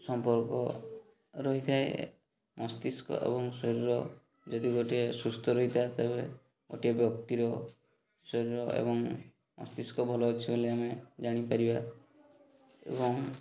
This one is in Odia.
ସମ୍ପର୍କ ରହିଥାଏ ମସ୍ତିଷ୍କ ଏବଂ ଶରୀର ଯଦି ଗୋଟିଏ ସୁସ୍ଥ ରହିଥାଏ ତେବେ ଗୋଟିଏ ବ୍ୟକ୍ତିର ଶରୀର ଏବଂ ମସ୍ତିଷ୍କ ଭଲ ଅଛି ବୋଲି ଆମେ ଜାଣିପାରିବା ଏବଂ